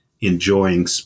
enjoying